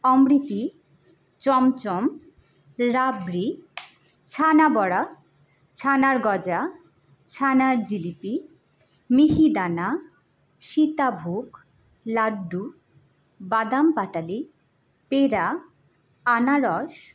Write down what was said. অমৃতি চমচম রাবড়ি ছানা বড়া ছানার গজা ছানার জিলিপি মিহিদানা সীতাভোগ লাড্ডু বাদাম পাটালি প্যাঁড়া আনারস